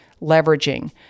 leveraging